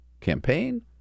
campaign